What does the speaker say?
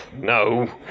No